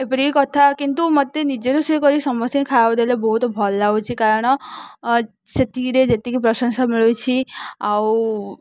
ଏପରିକି କଥା କିନ୍ତୁ ମୋତେ ନିଜେ ରୋଷେଇ କରି ସମସ୍ତଙ୍କୁ ଖାଇବାକୁ ଦେଲେ ବହୁତ ଭଲ ଲାଗୁଛି କାରଣ ସେତିକିରେ ଯେତିକି ପ୍ରଶଂସା ମିଳୁଛି ଆଉ